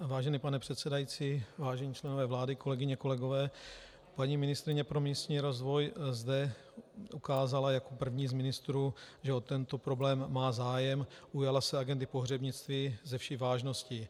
Vážený pane předsedající, vážení členové vlády, kolegyně, kolegové, paní ministryně pro místní rozvoj zde ukázala jako první z ministrů, že o tento problém má zájem, ujala se agendy pohřebnictví se vší vážností.